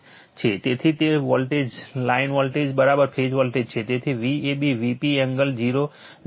તેથી તે line voltage phase voltage છે